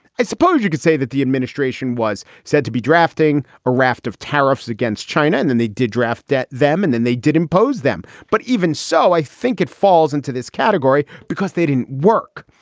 i suppose you could say that the administration was said to be drafting a raft of tariffs against china and then they did draft debt them and then they did impose them. but even so, i think it falls into this category because they didn't work.